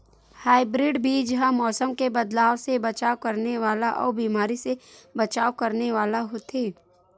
hybrid बीज हा मौसम मे बदलाव से बचाव करने वाला अउ बीमारी से बचाव करने वाला होथे